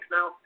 Now